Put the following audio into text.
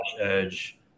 edge